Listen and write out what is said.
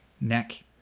neck